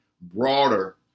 broader